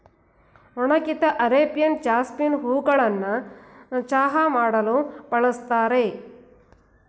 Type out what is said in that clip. ಒಣಗಿದ Arabian jasmine ಹೂಗಳನ್ನು ಚಹಾ ಮಾಡಲು ಬಳ್ಸತ್ತರೆ